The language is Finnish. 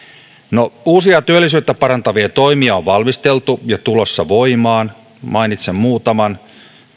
no uusia työllisyyttä parantavia toimia on valmisteltu ja tulossa voimaan mainitsen muutaman